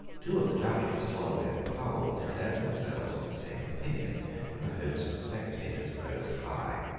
two of the judges, holloway and powell, declared themselves of the same opinion and the hopes of the spectators rose high.